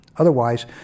Otherwise